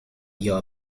your